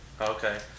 okay